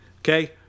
okay